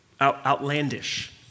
Outlandish